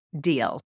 deal